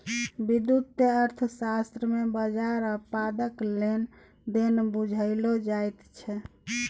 वित्तीय अर्थशास्त्र मे बजार आ पायक लेन देन बुझाओल जाइत छै